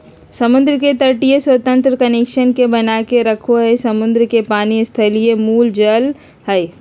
समुद्र के तटीय स्वतंत्र कनेक्शन के बनाके रखो हइ, समुद्र के पानी स्थलीय मूल जल हइ